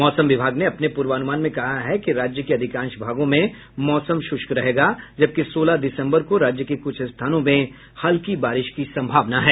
मौसम विभाग ने अपने पूर्वानुमान में कहा कि राज्य के अधिकांश भागों में मौसम शुष्क रहेगा जबकि सोलह दिसम्बर को राज्य के कुछ स्थानों पर हल्की बारिश की सम्भावना है